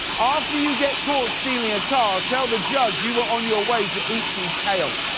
after you get caught stealing a car, tell the judge you were on your way to eat some kale.